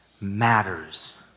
matters